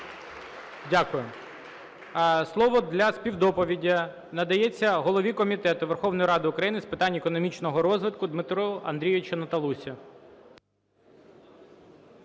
Дякую. Слово для співдоповіді надається голові Комітету Верховної Ради України з питань економічного розвитку Дмитру Андрійовичу Наталусі.